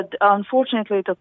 unfortunately